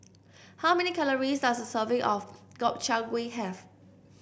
how many calories does a serving of Gobchang Gui have